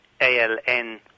ALN